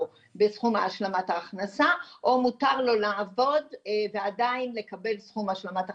בסכום השלמת ההכנסה או מותר לו לעבוד ועדיין לקבל סכום השלמת הכנסה.